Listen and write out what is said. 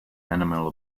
animal